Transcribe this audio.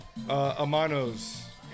Amano's